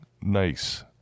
nice